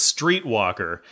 Streetwalker